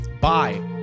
bye